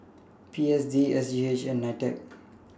P S D S G H and NITEC